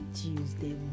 tuesday